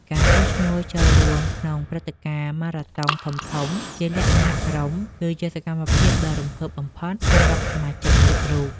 ការចុះឈ្មោះចូលរួមក្នុងព្រឹត្តិការណ៍ម៉ារ៉ាតុងធំៗជាលក្ខណៈក្រុម គឺជាសកម្មភាពដ៏រំភើបបំផុតសម្រាប់សមាជិកគ្រប់រូប។